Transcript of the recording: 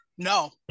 no